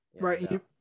right